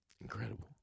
incredible